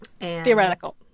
Theoretical